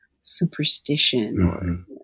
superstition